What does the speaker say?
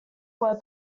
were